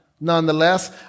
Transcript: nonetheless